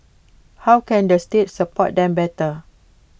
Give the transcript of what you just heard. how can the state support them better